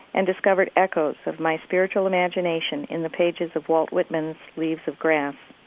and discovered echoes of my spiritual imagination in the pages of walt whitman's leaves of grass.